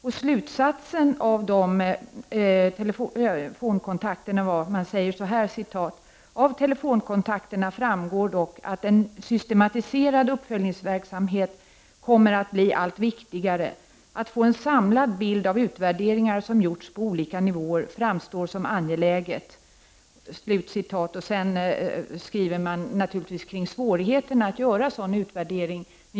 Resultatet av dessa kontakter blev att man skrev så här: ”Av telefonkontakterna framgår dock att en systematiserad uppföljningsverksamhet kommer att bli allt viktigare. Att få en samlad bild av utvärderingar som gjorts på olika nivåer framstår som angeläget.” Sedan skriver man om svårigheterna att göra en sådan utvärdering.